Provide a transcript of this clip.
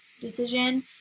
decision